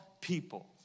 people